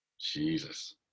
Jesus